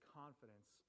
confidence